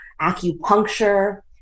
acupuncture